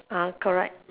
ah correct